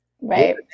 right